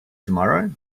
tomorrow